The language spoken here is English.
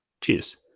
Cheers